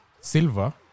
Silva